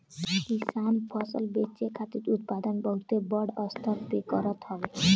किसान फसल बेचे खातिर उत्पादन बहुते बड़ स्तर पे करत हवे